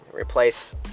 replace